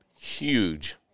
huge